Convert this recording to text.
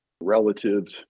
relatives